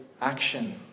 action